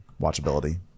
watchability